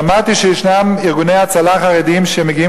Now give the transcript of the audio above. שמעתי שישנם ארגוני הצלה חרדיים שמגיעים